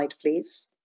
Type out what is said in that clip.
please